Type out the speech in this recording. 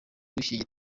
wishyuye